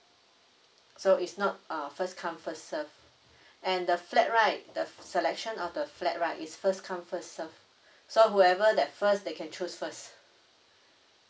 so it's not uh first come first serve and the flat right the fl~ selection of the flat right is first come first serve so whoever that first they can choose first